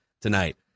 tonight